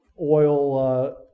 oil